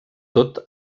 tot